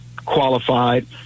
Qualified